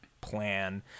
plan